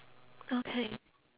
okay